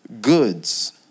Goods